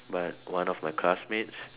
but one of my classmates